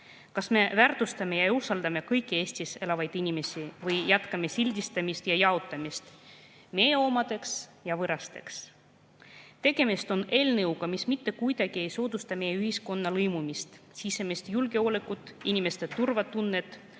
Kas me väärtustame ja usaldame kõiki Eestis elavaid inimesi või jätkame inimeste sildistamist ja jaotamist meie omadeks ja võõrasteks? Tegemist on eelnõuga, mis mitte kuidagi ei soodusta meie ühiskonna lõimumist, sisemist julgeolekut, inimeste turvatunnet,